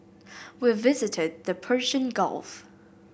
we visited the Persian Gulf